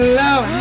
love